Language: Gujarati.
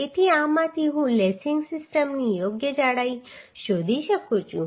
તેથી આમાંથી હું લેસિંગ સિસ્ટમની યોગ્ય જાડાઈ શોધી શકું છું